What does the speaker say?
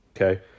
Okay